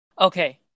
Okay